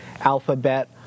Alphabet